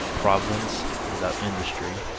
providence without industry.